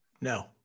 No